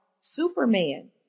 superman